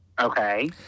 okay